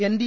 N D